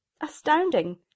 Astounding